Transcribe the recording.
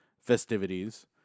festivities